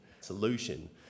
solution